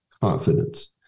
confidence